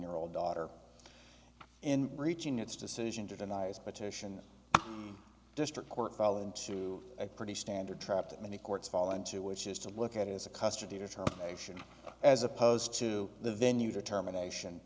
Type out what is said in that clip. year old daughter in reaching its decision to deny his petition district court fall into a pretty standard trap that many courts fall into which is to look at it as a custody determination as opposed to the venue determination